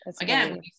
again